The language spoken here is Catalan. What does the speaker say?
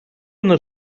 una